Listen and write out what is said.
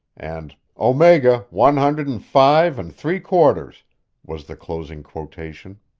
and omega, one hundred and five and three-quarters was the closing quotation.